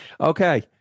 Okay